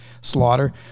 Slaughter